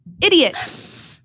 idiot